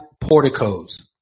porticos